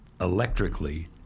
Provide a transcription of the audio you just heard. electrically